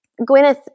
Gwyneth